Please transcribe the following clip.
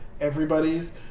Everybody's